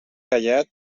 callat